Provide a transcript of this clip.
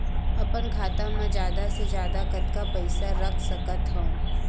अपन खाता मा जादा से जादा कतका पइसा रख सकत हव?